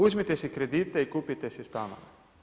Uzmite si kredite i kupite si stanove.